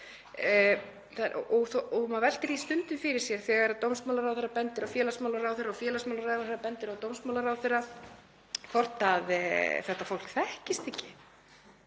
Maður veltir því stundum fyrir sér þegar dómsmálaráðherra bendir á félagsmálaráðherra og félagsmálaráðherra bendir á dómsmálaráðherra hvort þetta fólk þekkist ekki